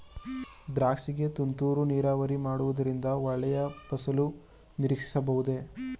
ದ್ರಾಕ್ಷಿ ಗೆ ತುಂತುರು ನೀರಾವರಿ ಮಾಡುವುದರಿಂದ ಒಳ್ಳೆಯ ಫಸಲು ನಿರೀಕ್ಷಿಸಬಹುದೇ?